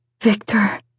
Victor